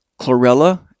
chlorella